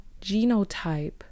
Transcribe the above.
genotype